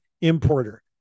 importer